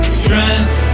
strength